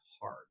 hard